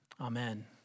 amen